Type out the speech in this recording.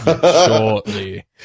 Shortly